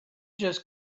just